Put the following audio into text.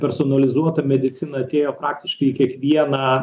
personalizuota medicina atėjo praktiškai į kiekvieną